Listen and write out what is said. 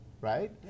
right